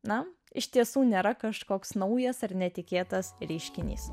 na iš tiesų nėra kažkoks naujas ar netikėtas reiškinys